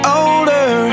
older